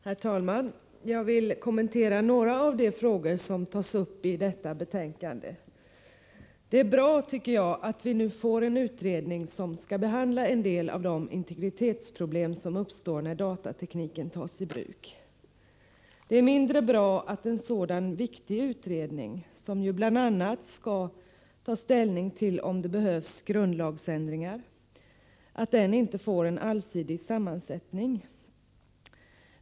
Herr talman! Jag vill kommentera några av de frågor som tas upp i detta betänkande. Det är bra, tycker jag, att vi nu får en utredning som skall behandla en del av de integritetsproblem som uppstår när datatekniken tas i bruk. Det är mindre bra att en sådan viktig utredning, som bl.a. skall ta ställning till om det behövs grundlagsändringar, inte får en allsidig sammansättning.